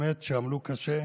שבאמת עמלו קשה.